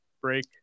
break